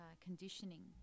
conditioning